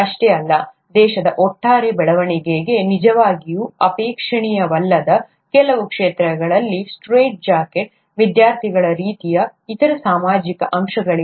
ಅಷ್ಟೇ ಅಲ್ಲ ದೇಶದ ಒಟ್ಟಾರೆ ಬೆಳವಣಿಗೆಗೆ ನಿಜವಾಗಿಯೂ ಅಪೇಕ್ಷಣೀಯವಲ್ಲದ ಕೆಲವು ಕ್ಷೇತ್ರಗಳಲ್ಲಿ ಸ್ಟ್ರೇಟ್ ಜಾಕೆಟ್ ವಿದ್ಯಾರ್ಥಿಗಳು ರೀತಿಯ ಇತರ ಸಾಮಾಜಿಕ ಅಂಶಗಳಿವೆ